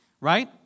right